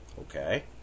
Okay